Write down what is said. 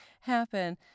happen